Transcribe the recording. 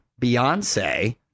Beyonce